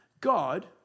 God